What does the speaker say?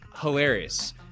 hilarious